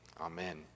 Amen